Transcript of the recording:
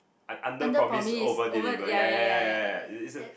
un~ under promise over deliver ya ya ya ya ya is a